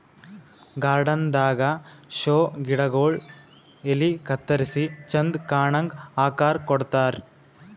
garden ದಾಗಾ show ಗಿಡಗೊಳ್ ಎಲಿ ಕತ್ತರಿಸಿ ಚಂದ್ ಕಾಣಂಗ್ ಆಕಾರ್ ಕೊಡ್ತಾರ್